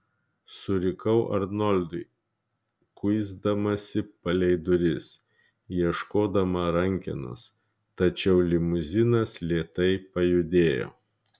surikau arnoldui kuisdamasi palei duris ieškodama rankenos tačiau limuzinas lėtai pajudėjo